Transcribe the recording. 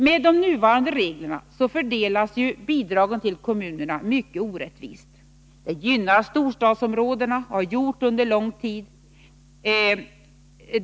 Med de nuvarande reglerna fördelas bidragen till kommunerna mycket orättvist. Det gynnar storstadsområdena och har gjort så under lång tid.